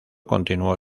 continuó